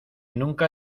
nunca